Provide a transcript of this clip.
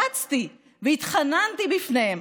רצתי והתחננתי בפניהם,